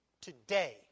today